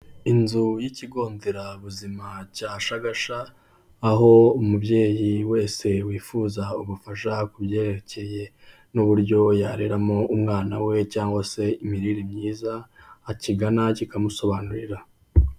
Inzu y'ikigo nderabuzima cya Shagasha, aho umubyeyi wese wifuza ubufasha ku byerekeye n'uburyo yareramo umwana we cyangwa se imirire myiza akigana kikamusobanurira.